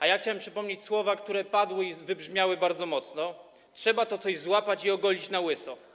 A ja chciałem przypomnieć słowa, które padły i wybrzmiały bardzo mocno: Trzeba to coś złapać i ogolić na łyso.